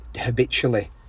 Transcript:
habitually